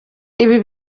ibi